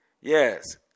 Yes